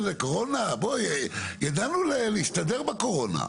ידענו להסתדר בקורונה.